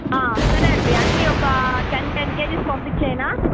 సరే అండి అన్నీ ఒక టెన్ టెన్ కేజీస్ పంపించేయన